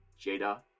Jada